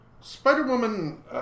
Spider-Woman